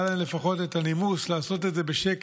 היה להם לפחות את הנימוס לעשות את זה בשקט.